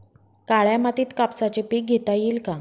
काळ्या मातीत कापसाचे पीक घेता येईल का?